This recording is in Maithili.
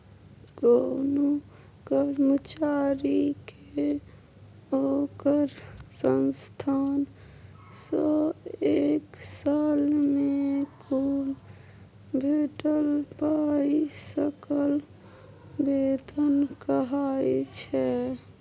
कोनो कर्मचारी केँ ओकर संस्थान सँ एक साल मे कुल भेटल पाइ सकल बेतन कहाइ छै